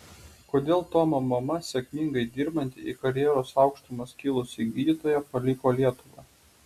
kodėl tomo mama sėkmingai dirbanti į karjeros aukštumas kilusi gydytoja paliko lietuvą